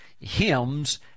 hymns